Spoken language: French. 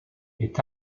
est